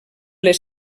les